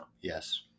Yes